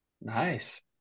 Nice